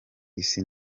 isi